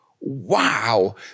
wow